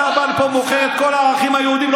אתה בא ומוכר את כל האחים היהודים,